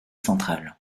centrale